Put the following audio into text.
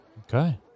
okay